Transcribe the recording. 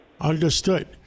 Understood